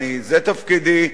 זה תפקידי,